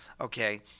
Okay